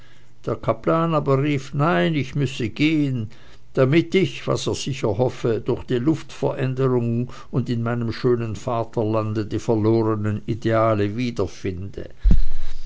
der kaplan aber rief nein ich müsse gehen damit ich was er sicher hoffe durch die luftveränderung und in meinem schönen vaterlande die verlorenen ideale wiederfinde